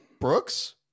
Brooks